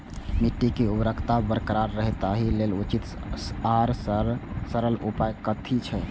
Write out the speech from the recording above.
मिट्टी के उर्वरकता बरकरार रहे ताहि लेल उचित आर सरल उपाय कथी छे?